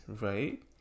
right